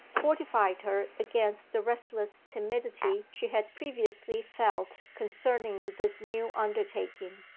fortified her against the restless timidity she had previously felt concerning this new undertaking,